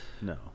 No